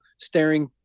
staring